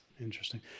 Interesting